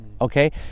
okay